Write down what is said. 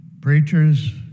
preachers